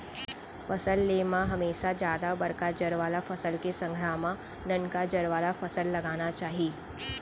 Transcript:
फसल ले म हमेसा जादा बड़का जर वाला फसल के संघरा म ननका जर वाला फसल लगाना चाही